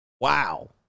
Wow